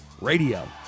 radio